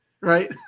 Right